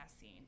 scene